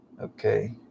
Okay